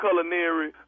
culinary